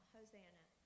Hosanna